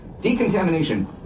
decontamination